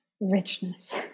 richness